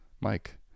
Mike